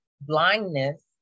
blindness